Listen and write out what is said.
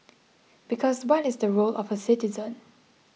because what is the role of a citizen